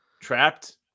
Trapped